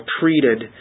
treated